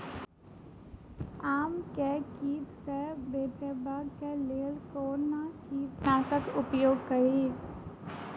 आम केँ कीट सऽ बचेबाक लेल कोना कीट नाशक उपयोग करि?